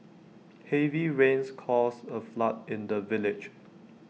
heavy rains caused A flood in the village